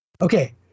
okay